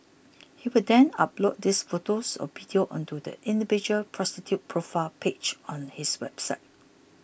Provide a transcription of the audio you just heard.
he would then upload these photos or videos onto the individual prostitute's profile page on his website